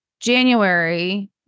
January